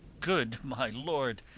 good my lord,